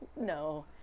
No